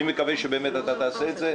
אני מקווה שאתה תעשה את זה.